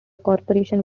corporation